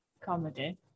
comedy